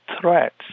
threats